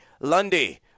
Lundy